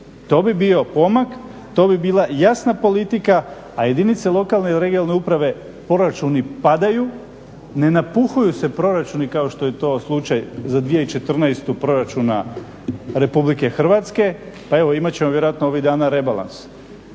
To bi bio pomak, to bi bila jasna politika, a jedinice lokalne i regionalne uprave proračuni padaju, ne napuhuju se proračuni kao što je to slučaj za 2014. proračuna Republike Hrvatske. Pa evo imat ćemo vjerojatno ovih dana rebalans,